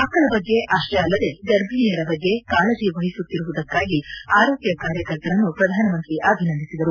ಮಕ್ಕಳ ಬಗ್ಗೆ ಅಷ್ಟೇ ಅಲ್ಲದೆ ಗರ್ಭಿಣಿಯರ ಬಗ್ಗೆ ಕಾಳಜಿ ವಹಿಸುತ್ತಿರುವುದಕ್ಕಾಗಿ ಆರೋಗ್ಯ ಕಾರ್ಯಕರ್ತರನ್ನು ಪ್ರಧಾನಮಂತ್ರಿ ಅಭಿನಂದಿಸಿದರು